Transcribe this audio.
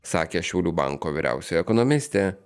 sakė šiaulių banko vyriausioji ekonomistė